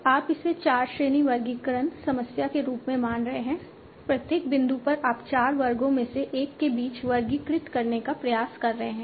तो आप इसे चार श्रेणी वर्गीकरण समस्या के रूप में मान रहे हैं प्रत्येक बिंदु पर आप चार वर्गों में से एक के बीच वर्गीकृत करने का प्रयास कर रहे हैं